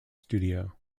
studio